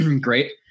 Great